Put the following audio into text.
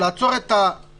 כדי לעצור את הווירוס,